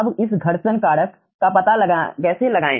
अब इस घर्षण कारक का पता कैसे लगाएं